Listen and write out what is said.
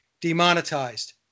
Demonetized